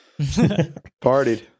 partied